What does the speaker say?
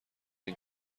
این